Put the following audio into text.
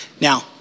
Now